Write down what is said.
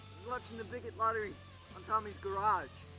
watching the bigot lottery on tommy's garage.